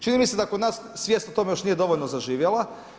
Čini mi se da kod nas svijest o tome još nije dovoljno zaživjela.